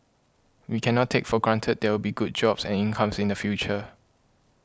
we cannot take for granted there'll be good jobs and incomes in the future